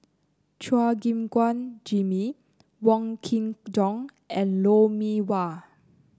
Chua Gim Guan Jimmy Wong Kin Jong and Lou Mee Wah